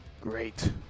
Great